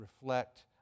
reflect